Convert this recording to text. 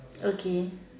okay